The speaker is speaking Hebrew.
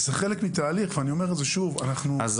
זה חלק מתהליך ואני אומר את זה שוב: אנחנו